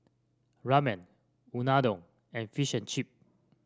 Ramen Unadon and Fish and Chip